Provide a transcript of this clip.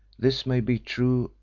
this may be true,